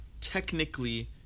Technically